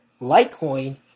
Litecoin